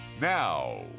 Now